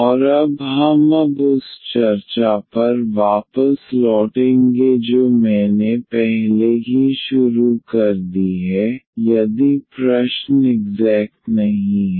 और अब हम अब उस चर्चा पर वापस लौटेंगे जो मैंने पहले ही शुरू कर दी है यदि प्रश्न इग्ज़ैक्ट नहीं है